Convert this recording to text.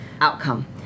outcome